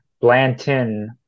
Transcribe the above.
Blanton